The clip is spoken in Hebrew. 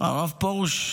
הרב פרוש,